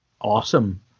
Awesome